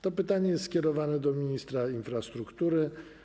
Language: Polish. To pytanie jest skierowane do ministra infrastruktury.